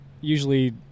usually